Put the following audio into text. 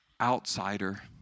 outsider